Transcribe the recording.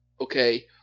Okay